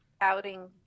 outing